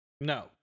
No